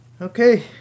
okay